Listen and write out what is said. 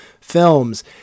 films